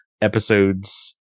episodes